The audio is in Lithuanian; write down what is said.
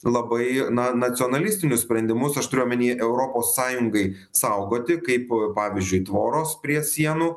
labai na nacionalistinius sprendimus aš turiu omeny europos sąjungai saugoti kaip pavyzdžiui tvoros prie sienų